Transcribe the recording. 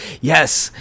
yes